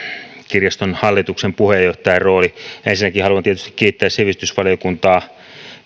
kirjaston hallituksen puheenjohtajan rooli ensinnäkin haluan tietysti kiittää sivistysvaliokuntaa